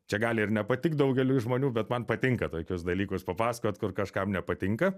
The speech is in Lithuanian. čia gali ir nepatikt daugeliui žmonių bet man patinka tokius dalykus papasakot kur kažkam nepatinka